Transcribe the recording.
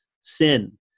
sin